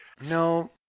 no